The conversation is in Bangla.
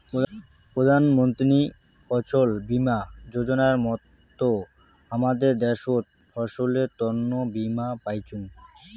প্রধান মন্ত্রী ফছল বীমা যোজনার মত হামাদের দ্যাশোত ফসলের তন্ন বীমা পাইচুঙ